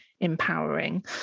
empowering